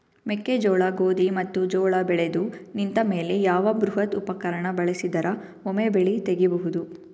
ಮೆಕ್ಕೆಜೋಳ, ಗೋಧಿ ಮತ್ತು ಜೋಳ ಬೆಳೆದು ನಿಂತ ಮೇಲೆ ಯಾವ ಬೃಹತ್ ಉಪಕರಣ ಬಳಸಿದರ ವೊಮೆ ಬೆಳಿ ತಗಿಬಹುದು?